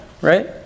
Right